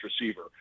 receiver